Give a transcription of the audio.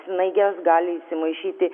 snaiges gali įsimaišyti